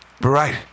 Right